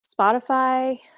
Spotify